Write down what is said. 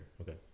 Okay